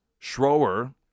Schroer